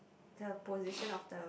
the position of the